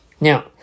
Now